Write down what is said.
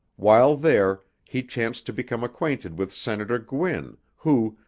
while there he chanced to become acquainted with senator gwin who,